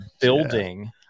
building